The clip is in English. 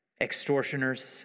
extortioners